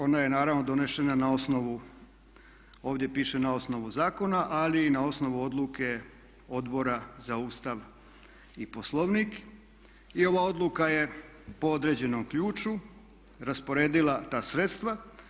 Ona je naravno donešena na osnovu, ovdje piše na osnovu zakona, ali i na osnovu odluke Odbora za Ustav i Poslovnik i ova odluka je po određenom ključu rasporedila ta sredstva.